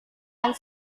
yang